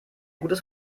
gutes